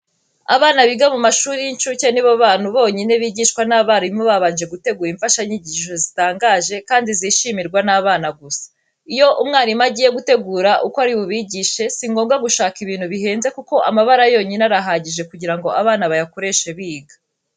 Abana biga mu mashuri y'incuke ni bo bantu bonyine bigishwa n'abarimu babanje gutegura imfashanyigisho zitangaje kandi zishimirwa n'abana gusa. Iyo umwarimu agiye gutegura uko ari bubigishe, si ngombwa gushaka ibintu bihenze kuko amabara yonyine arahagije kugira ngo abana bayakoreshe biga.